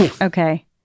Okay